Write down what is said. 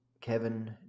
Kevin